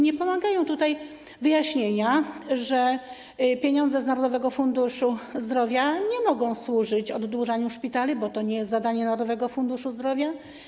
Nie pomagają wyjaśnienia, że pieniądze z Narodowego Funduszu Zdrowia nie mogą służyć oddłużaniu szpitali, bo to nie jest zadanie Narodowego Funduszu Zdrowia.